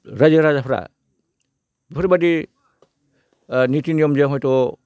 रायजो राजाफोरा बेफोरबायदि निति नियमजों हयत'